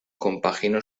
compaginó